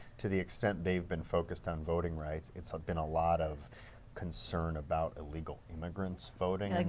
to the extent they've been focused on voting rights, it's been a lot of concern about illegal immigrants voting. like